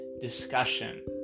discussion